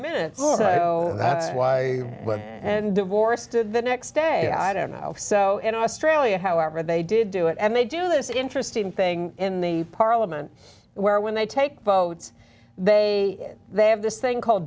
minutes so that's why and divorce did the next day i don't know how so in australia however they did do it and they do this interesting thing in the parliament where when they take votes they they have this thing called